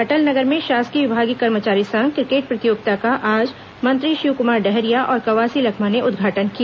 अटल नगर में शासकीय विभागीय कर्मचारी संघ क्रिकेट प्रतियोगिता का आज मंत्री शिवकुमार डहरिया और कवासी लखमा ने उदघाटन किया